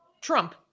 Trump